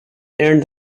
earned